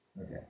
Okay